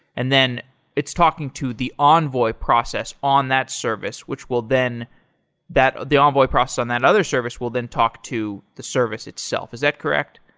and then it's talking to the envoy process on that service which will then the envoy process on that other service will then talk to the service itself. is that correct?